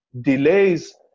delays